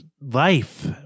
life